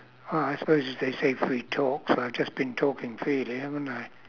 well I suppose if they say free talk so I've just been talking freely haven't I